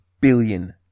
billion